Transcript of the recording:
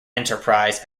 enterprise